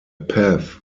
path